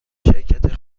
شرکت